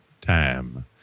time